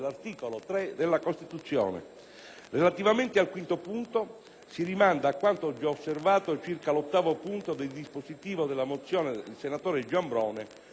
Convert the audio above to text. Relativamente al quinto punto, si rimanda a quanto già osservato circa l'ottavo punto del dispositivo della mozione del senatore Giambrone, riferito ai *curricula*.